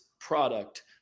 product